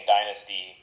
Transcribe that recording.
Dynasty